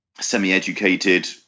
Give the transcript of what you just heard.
semi-educated